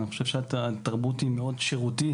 אני חושב שהתרבות היא מאוד שירותית.